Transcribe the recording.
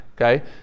Okay